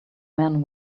man